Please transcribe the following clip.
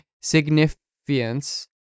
significance